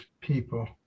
people